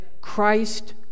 Christ